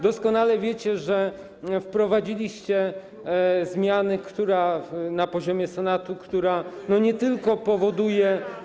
doskonale wiecie, że wprowadziliście zmianę na poziomie Senatu, która nie tylko powoduje.